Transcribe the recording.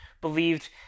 believed